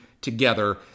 together